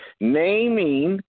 naming